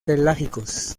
pelágicos